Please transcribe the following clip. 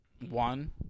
One